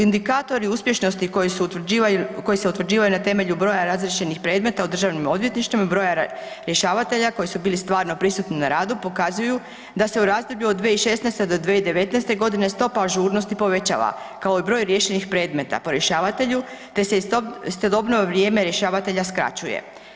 Indikatori uspješnosti koji se utvrđivaju na temelju broja razriješenih predmeta u državnim odvjetništvima i broja rješavatelja koji su bili stvarno prisutni na radu pokazuju da se u razdoblju od 2016. do 2019.g. stopa ažurnosti povećava kao i broj riješenih predmeta po rješavatelju te se istodobno vrijeme rješavatelja skraćuje.